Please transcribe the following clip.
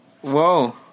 whoa